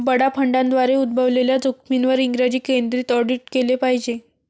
बडा फंडांद्वारे उद्भवलेल्या जोखमींवर इंग्रजी केंद्रित ऑडिट केले पाहिजे